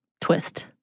twist